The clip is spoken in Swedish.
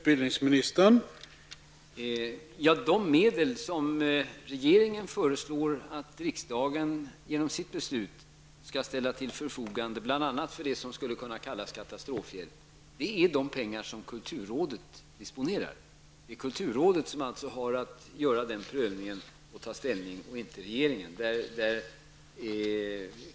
Herr talman! De medel som regeringen föreslår att riksdagen genom sitt beslut skall ställa till förfogande bl.a. för det som skulle kunna kallas katastrofhjälp är de pengar som kulturrådet disponerar. Det är alltså kulturrådet som har att göra den prövningen, inte regeringen.